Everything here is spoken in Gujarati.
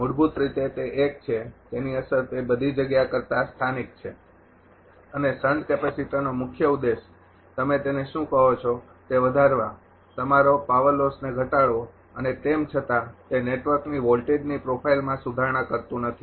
મૂળભૂત રીતે તે એક છે તેની અસર તે બધી જગ્યા કરતાં સ્થાનિક છે અને શન્ટ કેપેસિટરનો મુખ્ય ઉદ્દેશ તમે તેને શું કહો છો તે વધારવા તમારો પાવર લોસ ને ઘટાડવો અને તેમ છતાં તે નેટવર્કની વોલ્ટેજની પ્રોફાઇલમાં સુધારણા કરતું નથી